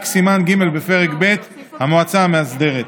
רק סימן ג' בפרק ב' המועצה המאסדרת.